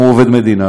אם הוא עובד מדינה,